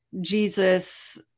Jesus